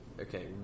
Okay